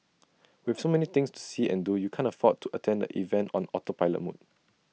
with so many things to see and do you can't afford to attend the event on autopilot mode